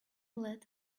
let